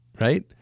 right